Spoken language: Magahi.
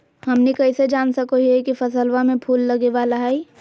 हमनी कइसे जान सको हीयइ की फसलबा में फूल लगे वाला हइ?